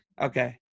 okay